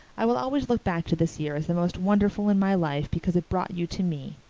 i will always look back to this year as the most wonderful in my life because it brought you to me.